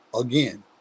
again